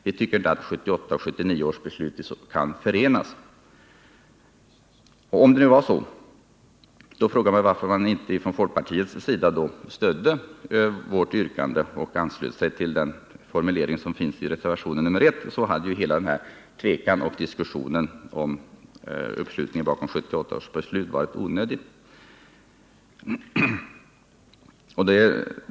Vi tycker inte att 1978 och 1979 års beslut kan förenas. Om detta är fallet — varför har folkpartiet då inte stött vårt yrkande i reservationen 1? Då hade det inte behövt uppstå någon tvekan och diskussion om uppslutningen bakom 1978 års beslut.